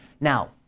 Now